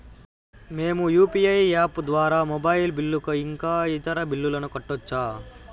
మేము UPI app ద్వారా mobile bill ఇంకా ఇతర బిల్లులను కట్టొచ్చు